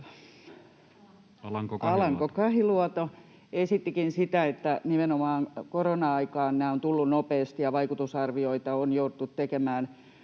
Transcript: ...Alanko-Kahiluoto esittikin sitä, että nimenomaan korona-aikana nämä ovat tulleet nopeasti ja vaikutusarvioita on jouduttu tekemään